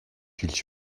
хэлж